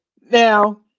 Now